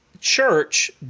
Church